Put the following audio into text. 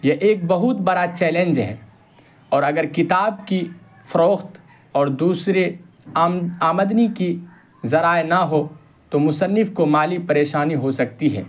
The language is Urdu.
یہ ایک بہت بڑا چیلینج ہے اور اگر کتاب کی فروخت اور دوسرے آمدنی کے ذرائع نہ ہوں تو مصنف کو مالی پریشانی ہو سکتی ہے